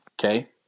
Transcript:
Okay